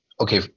Okay